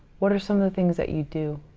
what are some of the things that you do?